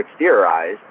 exteriorized